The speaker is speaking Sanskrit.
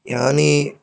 यानि